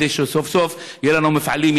כדי שסוף-סוף יהיו לנו מפעלים,